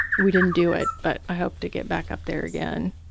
we didn't do it, but i hope to get back up there again.